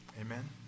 Amen